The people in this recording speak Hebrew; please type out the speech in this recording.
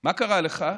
מה קרה לך?